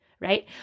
right